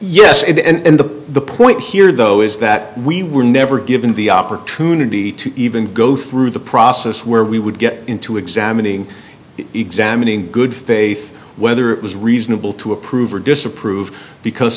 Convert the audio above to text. and the point here though is that we were never given the opportunity to even go through the process where we would get into examining examining good faith whether it was reasonable to approve or disapprove because